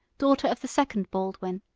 daughter of the second baldwin,